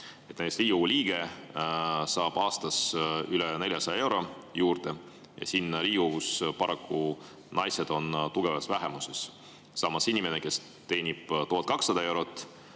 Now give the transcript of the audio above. Näiteks Riigikogu liige saab aastas üle 400 euro juurde. Siin Riigikogus on paraku naised tugevas vähemuses. Samas inimene, kes teenib 1200 eurot